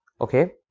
Okay